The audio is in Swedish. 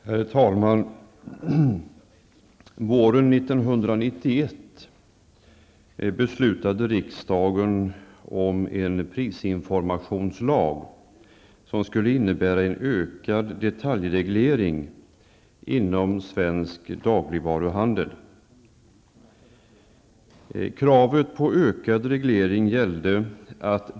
Herr talman! Våren 1991 beslutade riksdagen om en prisinformationslag som skulle innebära en ökad detaljreglering inom svensk dagligvaruhandel.